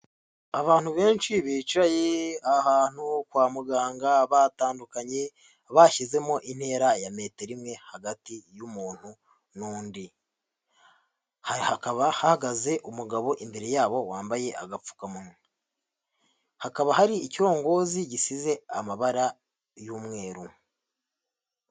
Abantu benshi bicaye ahantu kwa muganga batandukanye bashyizemo intera ya metero imwe hagati y'umuntu n'undi, hakaba hahagaze umugabo imbere yabo wambaye agapfukamunwa, hakaba hari ikirongozi gisize amabara y'umweru.